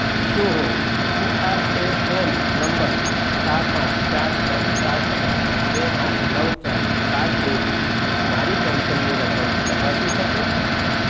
શું હું P R A N number સાત આઠ ચાર છ સાત છ બે આઠ નવ ચાર સાત બેથી મારી પેન્શનની રકમ તપાસી શકું